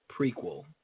prequel